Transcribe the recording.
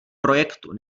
projektu